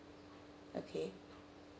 okay